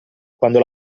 quando